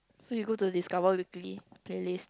so you go to the discover weekly playlist